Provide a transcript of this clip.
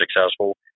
successful